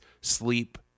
sleep